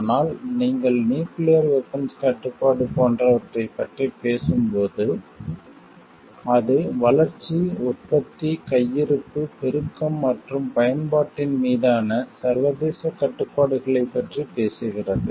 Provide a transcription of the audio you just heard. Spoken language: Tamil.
ஆனால் நீங்கள் நியூக்கிளியர் வெபன்ஸ் கட்டுப்பாடு போன்றவற்றைப் பற்றி பேசும்போது அது வளர்ச்சி உற்பத்தி கையிருப்பு பெருக்கம் மற்றும் பயன்பாட்டின் மீதான சர்வதேச கட்டுப்பாடுகளைப் பற்றி பேசுகிறது